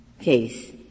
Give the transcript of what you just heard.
case